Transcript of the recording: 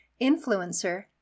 influencer